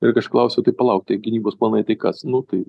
ir aš klausiau tai palauk tai gynybos planai tai kas nu tai